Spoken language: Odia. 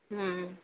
ହଁ